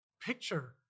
picture